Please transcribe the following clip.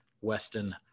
Weston